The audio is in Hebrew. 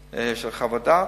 לצורך חוות דעת.